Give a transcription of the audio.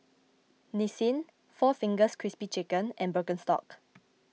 Nissin four Fingers Crispy Chicken and Birkenstock